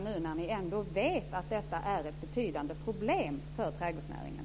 Ni vet ju att detta är ett betydande problem för trädgårdsnäringen.